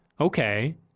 okay